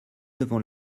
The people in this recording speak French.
devant